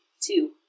Two